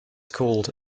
called